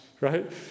right